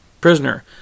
prisoner